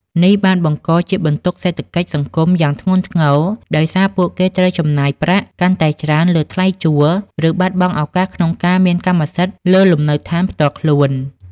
នេះបានបង្កជាបន្ទុកសេដ្ឋកិច្ចសង្គមយ៉ាងធ្ងន់ធ្ងរ ដោយសារពួកគេត្រូវចំណាយប្រាក់កាន់តែច្រើនលើថ្លៃជួល ឬបាត់បង់ឱកាសក្នុងការមានកម្មសិទ្ធិលើលំនៅឋានផ្ទាល់ខ្លួន។